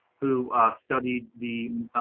who studied the,